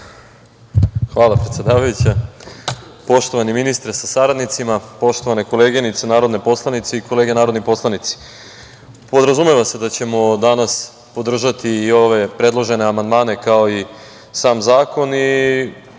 Hvala, predsedavajuća. Poštovani ministre sa saradnicima, poštovane koleginice narodne poslanice i kolege narodni poslanici, podrazumeva se da ćemo danas podržati i ove predložene amandmane, kao i sam zakon. Poštovani